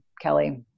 Kelly